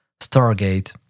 Stargate